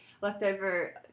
leftover